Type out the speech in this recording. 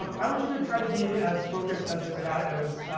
um i want you to try to be as focused as this cat is,